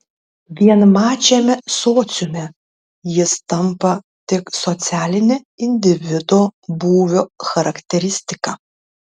vienmačiame sociume jis tampa tik socialine individo būvio charakteristika